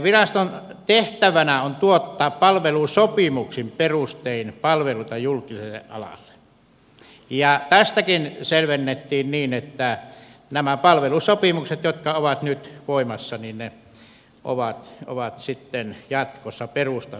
viraston tehtävänä on tuottaa palvelusopimuksiin perustuen palveluita julkiselle alalle ja tätäkin selvennettiin niin että nämä palvelusopimukset jotka ovat nyt voimassa ovat sitten jatkossa sen perustana